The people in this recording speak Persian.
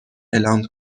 اعلام